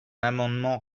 amendement